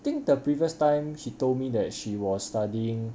think the previous time he told me that she was studying